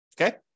okay